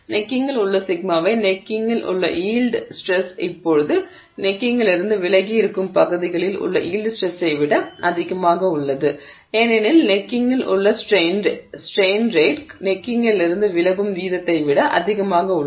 எனவே கழுத்தில் உள்ள σy கழுத்தில் உள்ள யீல்டு ஸ்ட்ரெஸ் இப்போது கழுத்திலிருந்து விலகி இருக்கும் பகுதிகளில் உள்ள யீல்டு ஸ்ட்ரெஸ்ஸை விட அதிகமாக உள்ளது ஏனெனில் கழுத்தில் உள்ள ஸ்ட்ரெய்ன் ரேட் கழுத்திலிருந்து விலகும் வீதத்தை விட அதிகமாக உள்ளது